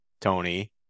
Tony